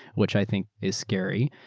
which i think is scary.